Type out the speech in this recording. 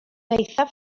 eithaf